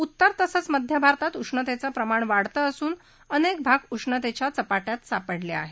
उत्तर तसंव मध्य भारतात उष्णतेचं प्रमाण वाढतं असून अनेक भाग उष्णतेच्या तडाख्यात सापडले आहेत